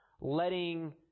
letting